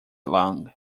long